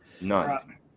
None